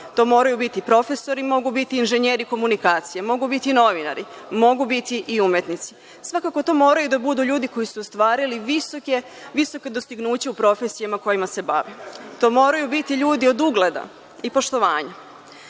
To mogu biti profesori, mogu biti inženjeri komunikacija, mogu biti novinari, mogu biti i umetnici. Svakako to moraju da budu ljudi koji su ostvarili visoka dostignuća u profesijama kojima se bave. To moraju biti ljudi od ugleda i poštovanja.